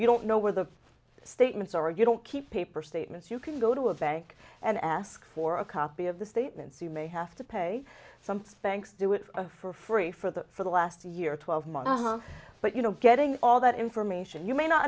don't know where the statements are you don't keep paper statements you can go to a bank and ask for a copy of the statements you may have to pay some thanks do it for free for that for the last year twelve months but you know getting all that information you may not